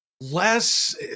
less